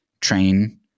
train